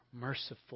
merciful